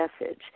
message